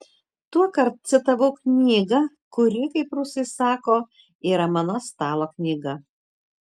tuokart citavau knygą kuri kaip rusai sako yra mano stalo knyga